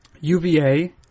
UVA